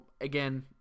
again